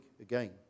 again